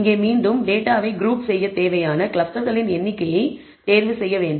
இங்கே மீண்டும் டேட்டாவை குரூப் செய்ய தேவையான கிளஸ்டர்களின் எண்ணிக்கையை நீங்கள் தேர்வு செய்ய வேண்டும்